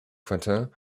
quentin